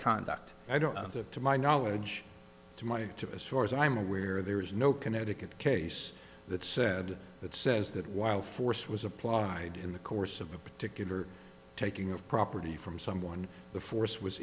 conduct i don't want it to my knowledge to my to as far as i'm aware there is no connecticut case that said that says that while force was applied in the course of a particular taking of property from someone the force was